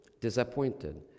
disappointed